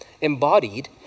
embodied